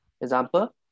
example